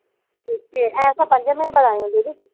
जी जी ऐं असां पंज मैंबर आहियूं दीदी